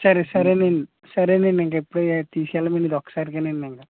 సరే సరేనండి సరేనండి ఇంకెప్పుడు తీసుకెళ్ళమండి ఇది ఒకసారికే అండి ఇంక